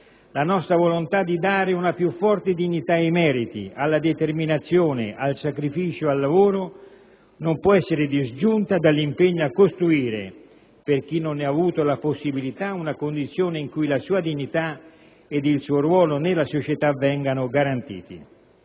La nostra volontà di dare una più forte dignità ai meriti, alla determinazione, al sacrificio e al lavoro non può essere disgiunta dall'impegno a costruire, per chi non ne ha avuto la possibilità, una condizione in cui la sua dignità ed il suo ruolo nella società vengano garantiti.